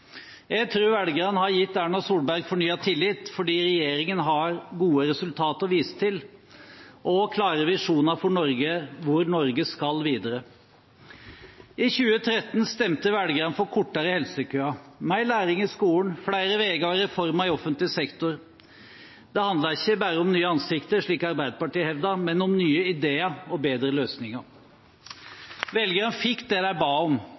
Jeg tror velgerne har gitt Erna Solberg fornyet tillit fordi regjeringen har gode resultater å vise til og klare visjoner for hvor Norge skal videre. I 2013 stemte velgerne for kortere helsekøer, mer læring i skolen, flere veier og reformer i offentlig sektor. Det handlet ikke bare om nye ansikter, slik Arbeiderpartiet hevdet, men om nye ideer og bedre løsninger. Velgerne fikk det de ba om,